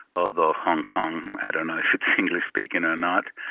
although hong kong, i don't know if it's english-speaking or not,